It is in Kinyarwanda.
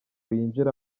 yinjira